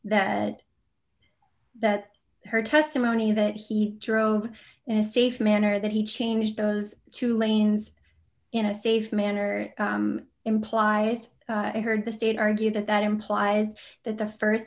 that that her testimony that he drove in a safe manner that he changed those two lanes in a safe manner implies i heard the state argue that that implies that the